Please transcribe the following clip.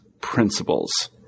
principles